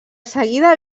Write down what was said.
seguida